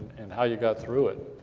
and how you got through it?